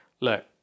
look